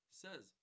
says